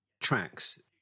tracks